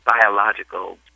biological